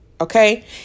Okay